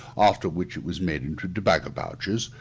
after which it was made into tobacco-pouches,